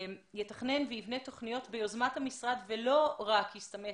יתכנן ויבנה תוכניות ביוזמת המשרד ולא רק יסתמך